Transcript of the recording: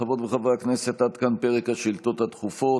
חברות וחברי הכנסת, עד כאן פרק השאילתות הדחופות.